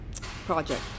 project